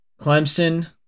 Clemson